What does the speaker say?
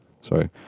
sorry